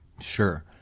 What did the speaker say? Sure